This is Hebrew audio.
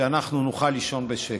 כדי שאנחנו נוכל לישון בשקט.